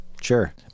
sure